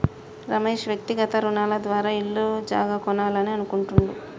రమేష్ వ్యక్తిగత రుణాల ద్వారా ఇల్లు జాగా కొనాలని అనుకుంటుండు